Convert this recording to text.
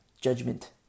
Judgment